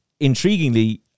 Intriguingly